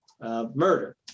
murder